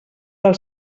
del